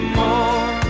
more